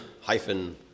hyphen